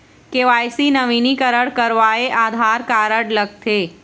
KYC नवीनीकरण करवाये Aadhaar card लगथे?